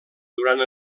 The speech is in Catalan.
durant